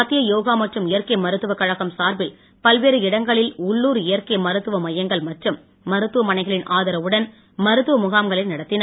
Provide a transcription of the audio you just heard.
மத்திய யோகா மற்றும் இயற்கை மருத்துவக் கழகம் சார்பில் பல்வேறு இடங்களில் உள்ளுர் இயற்கை மருத்துவ மையங்கள் மற்றும் மருத்துவமனைகளின் அதரவுடன் மருத்துவ முகாம்களை நடத்தின